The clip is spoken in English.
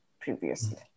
previously